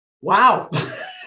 wow